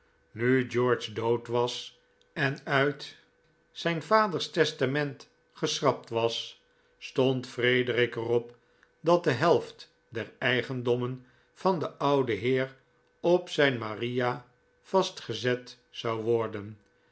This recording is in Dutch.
nu george dood was en uit zijn vaders testament geschrapt was stond frederic er op dat de helft der eigendommen van den ouden heer op zijn maria vastgezet zou worden